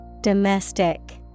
Domestic